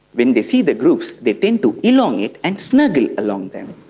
when they see the grooves they tend to elongate and snuggle along them.